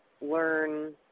learn